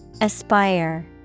Aspire